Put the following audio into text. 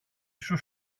σου